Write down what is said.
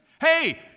Hey